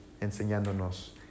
enseñándonos